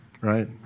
right